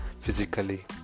physically